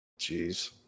Jeez